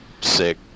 sick